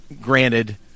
Granted